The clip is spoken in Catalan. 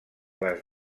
les